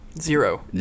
Zero